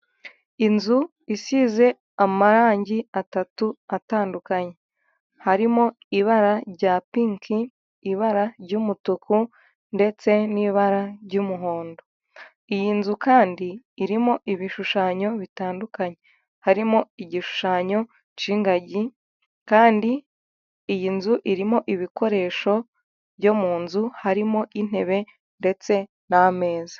Inzu isize amarangi atatu atandukanye, harimo ibara rya pinki, ibara ry'umutuku ndetse n'ibara ry'umuhondo, iyi nzu kandi irimo ibishushanyo bitandukanye, harimo igishushanyo cy'ingagi kandi iyi nzu irimo ibikoresho byo mu nzu, harimo intebe ndetse n'ameza.